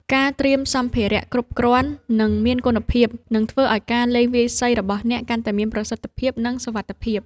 ការត្រៀមសម្ភារៈគ្រប់គ្រាន់ និងមានគុណភាព នឹងធ្វើឱ្យការលេងវាយសីរបស់អ្នកកាន់តែមានប្រសិទ្ធភាព និងសុវត្ថិភាព។